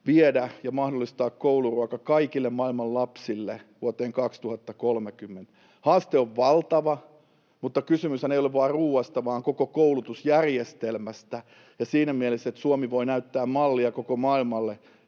ja mahdollistaa kouluruoka kaikille maailman lapsille vuoteen 2030. Haaste on valtava, mutta kysymyshän ei ole vain ruoasta vaan koko koulutusjärjestelmästä, ja siinä mielessä se, että Suomi voi näyttää mallia koko maailmalle